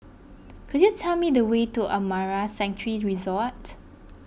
could you tell me the way to Amara Sanctuary Resort